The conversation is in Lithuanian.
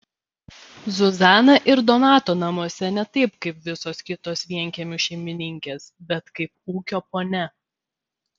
zuzana ir donato namuose ne taip kaip visos kitos vienkiemių šeimininkės bet kaip ūkio ponia